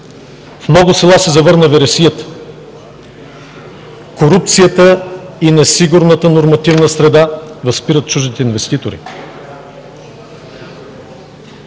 В много села се завърна вересията. Корупцията и несигурната нормативна среда възпират чуждите инвеститори.